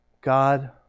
God